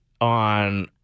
on